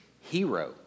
hero